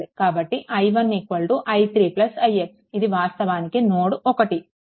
కాబట్టి i1 i3 ix ఇది వాస్తవానికి నోడ్1